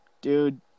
Dude